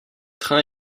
trains